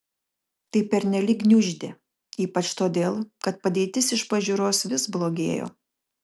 tai pernelyg gniuždė ypač todėl kad padėtis iš pažiūros vis blogėjo